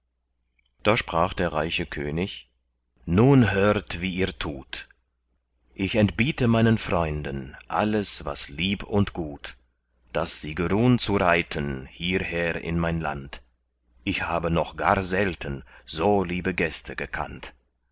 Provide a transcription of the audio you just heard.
da sprach der reiche könig nun hört wie ihr tut ich entbiete meinen freunden alles was lieb und gut daß sie geruhn zu reiten hierher in mein land ich habe noch gar selten so liebe gäste gekannt